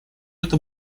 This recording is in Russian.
это